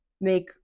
make